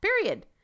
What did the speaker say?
period